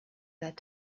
that